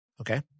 okay